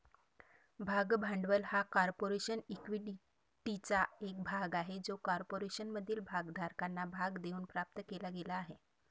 भाग भांडवल हा कॉर्पोरेशन इक्विटीचा एक भाग आहे जो कॉर्पोरेशनमधील भागधारकांना भाग देऊन प्राप्त केला गेला आहे